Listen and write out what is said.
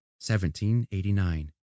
1789